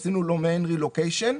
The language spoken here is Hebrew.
עשינו לו מיקום מחדש.